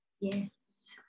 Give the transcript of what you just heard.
Yes